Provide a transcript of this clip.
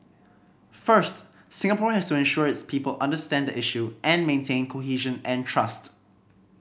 first Singapore has to ensure its people understand the issue and maintain cohesion and trust